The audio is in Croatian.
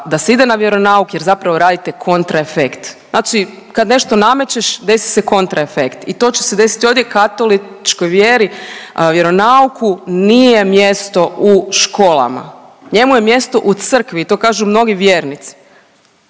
da se ide na vjeronauk, jer zapravo radite kontra efekt. Znači kad nešto namećeš desi se kontra efekt i to će se desiti ovdje katoličkoj vjeri. Vjeronauku nije mjesto u školama, njemu je mjesto u crkvi i to kažu mnogi vjernici.